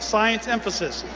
science emphasis,